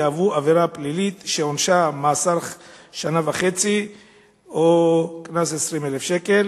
יהוו עבירה פלילית שעונשה מאסר שנה וחצי או קנס של 20,000 שקל.